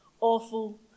awful